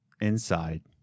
inside